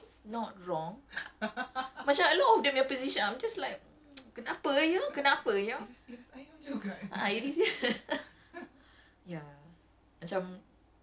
and then the ones next to her friends semua they were like eh today I become chicken ah I was like that's not wrong macam a lot of them their position I'm just like kenapa ayam kenapa ayam